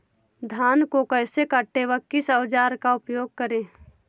धान को कैसे काटे व किस औजार का उपयोग करें?